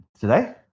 today